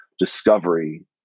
Discovery